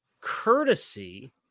courtesy